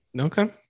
Okay